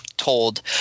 Told